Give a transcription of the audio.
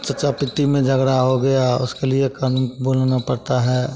चचा पिती में झगड़ा हो गया उसके लिए कानून को बुलाना पड़ता है